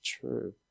true